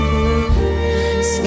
Blue